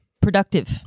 productive